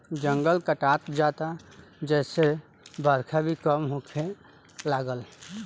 जंगल कटात जाता जेसे बरखा भी कम होखे लागल